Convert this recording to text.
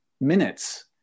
minutes